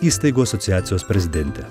įstaigų asociacijos prezidentė